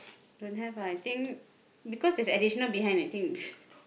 don't have lah I think because there's additional behind I think